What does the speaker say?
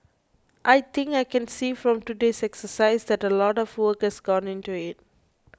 I think I can see from today's exercise that a lot of work has gone into it